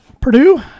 Purdue